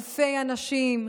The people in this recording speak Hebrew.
אלפי אנשים,